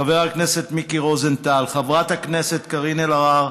חבר הכנסת מיקי רוזנטל, חברת הכנסת קארין אלהרר,